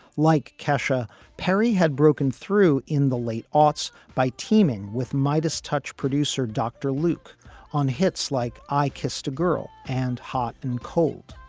like kesha, perry had broken through in the late aughts by teaming with midas touch producer dr. luke on hits like i kissed a girl and hot and cold.